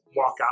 walkout